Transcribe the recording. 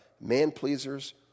man-pleasers